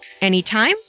anytime